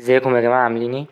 أزيكم يا جماعة عاملين ايه